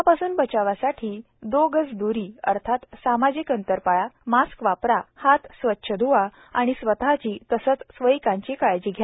कोरोंनापासून बचवासाठी दो गज दूरी अर्थात सामाजिक अंतर पाळा मास्क वापरा हात स्वच्छ ध्वा आणि स्वतःची तसेच स्वकीयांची काळजी घ्या